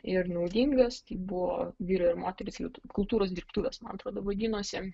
ir naudingas tai buvo vyrai ir moterys liet kultūros dirbtuvės man atrodo vadinosi